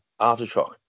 Aftershock